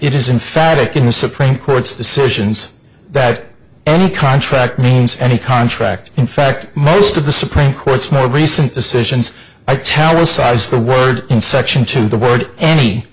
it isn't phatic in the supreme court's decisions that any contract means any contract in fact most of the supreme court's more recent decisions i tell resize the word in section to the word any to